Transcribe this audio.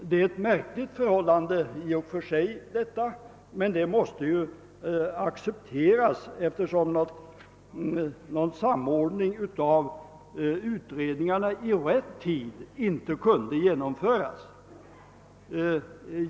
Detta är ett märkligt förhållande i och för sig, men vi måste acceptera det eftersom någon samordning av utredningarna inte kunde genomföras i rätt tid.